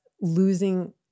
losing